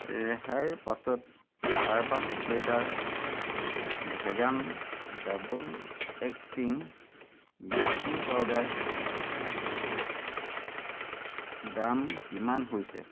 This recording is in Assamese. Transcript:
ৰেহাইৰ পাছত urban platter vegan double acting baking পাউদাৰৰ দাম কিমান হৈছে